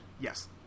Yes